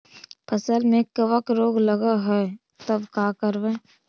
फसल में कबक रोग लगल है तब का करबै